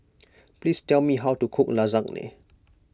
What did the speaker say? please tell me how to cook Lasagne